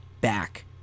Back